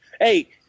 Hey